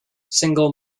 single